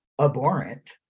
abhorrent